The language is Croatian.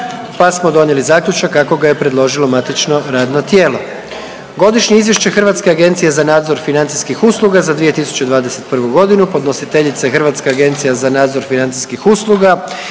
pa smo donijeli Zaključak kako ga je predložilo matično radno tijelo. Godišnje izvješće Hrvatske agencije za nadzor financijskih usluga za 2021. godinu, podnositeljica je Hrvatska agencija za nadzor financijskih usluga.